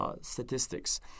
statistics